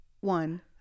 One